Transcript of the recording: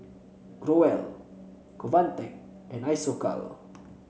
Growell Convatec and Isocal